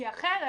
אחרת,